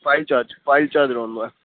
file charge file charge रहंदो आहे